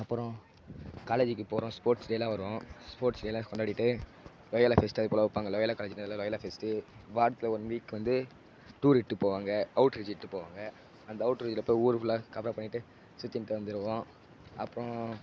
அப்புறம் காலேஜூக்கு போகிறோம் ஸ்போர்ட்ஸ் டேயெலாம் வரும் ஸ்போர்ட்ஸ் டேயெலாம் கொண்டாடிகிட்டு லொயோலா பெஸ்ட் அது போல் வைப்பாங்க லொயோலா காலேஜி அதனால லொயோலா பெஸ்ட் வாரத்தில் ஒன் வீக் வந்து டூரு இட்டு போவாங்கள் அவுட் போவாங்கள் அந்த அவுட்ரு இதில் போய் ஊர் ஃபுல்லாக பண்ணிவிட்டு சுத்திவிட்டு வந்திடுவோம் அப்புறம்